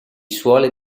suole